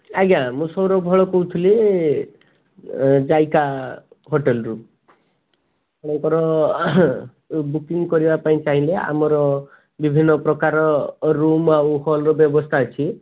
ଆଜ୍ଞା ମୁଁ ସୌରଭ ଭୋଳ କହୁଥିଲି ଯାଇକା ହୋଟେଲ୍ରୁ ଆପଣଙ୍କର ବୁକିଂ କରିବା ପାଇଁ ଚାହିଁଲେ ଆମର ବିଭିନ୍ନ ପ୍ରକାରର ରୁମ୍ ଆଉ ହଲ୍ର ବ୍ୟବସ୍ଥା ଅଛି